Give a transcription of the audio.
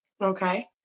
Okay